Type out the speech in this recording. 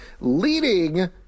leading